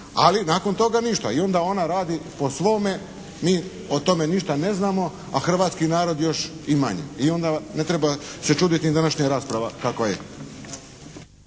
ali nakon toga ništa. I onda ona radi po svome. Mi o tome ništa ne znamo, a hrvatski narod još i manje. I onda ne treba se čuditi ni današnjoj raspravi kakva je.